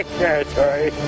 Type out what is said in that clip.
territory